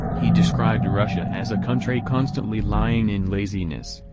he described russia as a country constantly lying in laziness,